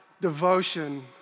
devotion